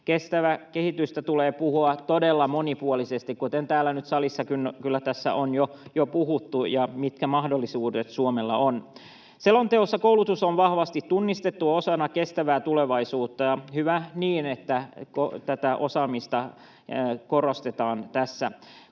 Kestävästä kehityksestä tulee puhua todella monipuolisesti, kuten täällä salissa nyt kyllä tässä on jo puhuttu, ja siitä, mitkä mahdollisuudet Suomella on. Selonteossa koulutus on vahvasti tunnistettu osana kestävää tulevaisuutta, ja hyvä niin, että osaamista korostetaan tässä,